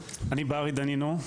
ברי דנינו.